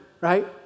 right